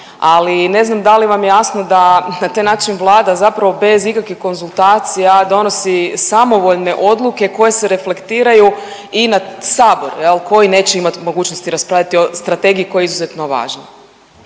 ali ne znam da li vam je jasno da na taj način Vlada zapravo bez ikakvih konzultacija donosi samovoljne odluke koje se reflektiraju i na Sabor koji neće imati mogućnosti raspravljati o strategiji koja je izuzetno važna.